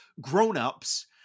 grownups